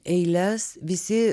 eiles visi